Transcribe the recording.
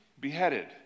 beheaded